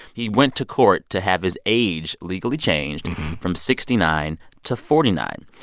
he went to court to have his age legally changed from sixty nine to forty nine.